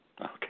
Okay